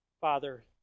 Father